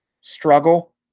struggle